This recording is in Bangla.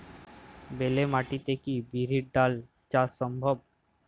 বেলে মাটিতে কি বিরির ডাল চাষ সম্ভব?